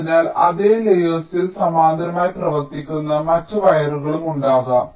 അതിനാൽ അതേ ലേയേർസിൽ സമാന്തരമായി പ്രവർത്തിക്കുന്ന മറ്റ് വയറുകളും ഉണ്ടാകാം